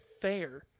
fair